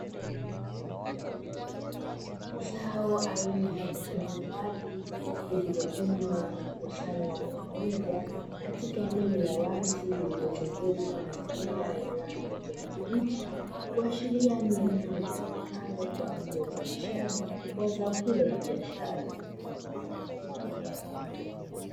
Zao aina ya vitunguu maji vilivyovunwa na kukusanywa kwa pamoja katika eneo la wazi lililozungukwa na mimea yenye rangi ya kijani kibichi, kuashiria ni eneo litumikalo kwa ajili ya uzalishaji wa zao hilo la biashara.